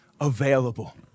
available